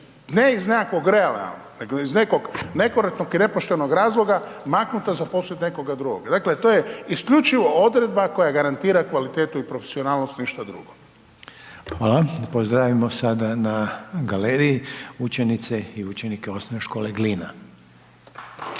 ne iz nekog reala, nego iz nekog nekorektnog i nepoštenog razloga, maknuti, a zaposliti nekoga drugoga. Dakle, to je isključivo odredba koja garantira kvalitetu i profesionalnost nešto drugo. **Reiner, Željko (HDZ)** Hvala pozdravimo sada na galeriji, učenice i učenike OŠ Glina.